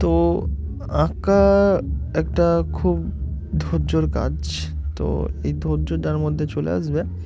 তো আঁকা একটা খুব ধৈর্যর কাজ তো এই ধৈর্য যার মধ্যে চলে আসবে